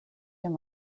your